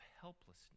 helplessness